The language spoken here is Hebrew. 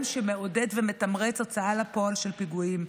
שמעודד ומתמרץ הוצאה לפועל של פיגועים.